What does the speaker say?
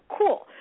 cool